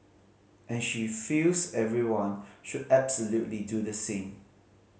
and she feels everyone should absolutely do the same